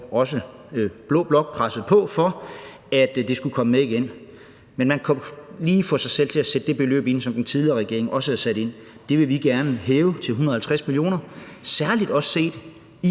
også blå blok presset på, for at den skulle komme med igen, men man kunne lige få sig selv til at sætte det beløb ind, som den tidligere regering også havde sat ind. Det vil vi gerne hæve til 150 mio. kr., særlig også set i